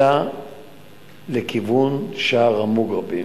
אלא לכיוון שער המוגרבים.